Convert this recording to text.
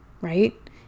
right